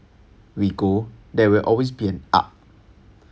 we go there will always be an up